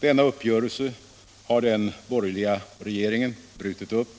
Denna uppgörelse har den borgerliga regeringen brutit upp.